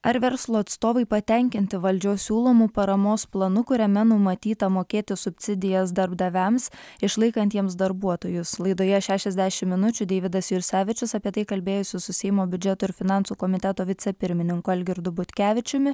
ar verslo atstovai patenkinti valdžios siūlomu paramos planu kuriame numatyta mokėti subsidijas darbdaviams išlaikantiems darbuotojus laidoje šešiasdešimt minučių deividas jursevičius apie tai kalbėjosi su seimo biudžeto ir finansų komiteto vicepirmininku algirdu butkevičiumi